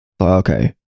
okay